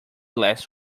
last